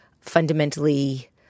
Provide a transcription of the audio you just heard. fundamentally